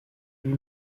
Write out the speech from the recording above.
lui